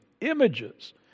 images